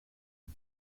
heb